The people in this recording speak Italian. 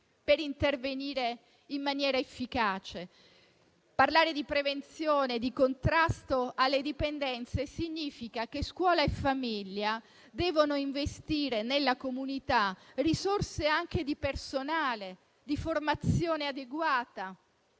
per intervenire in maniera efficace. Parlare di prevenzione e di contrasto alle dipendenze significa che scuola e famiglia devono investire nella comunità risorse anche in termini di personale, di formazione adeguata,